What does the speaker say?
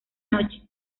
noche